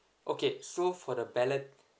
okay so for the ballot